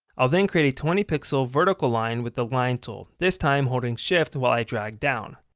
i'll then create a twenty pixel vertical line with the line tool, this time holding shift while i drag down.